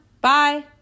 Bye